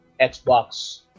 Xbox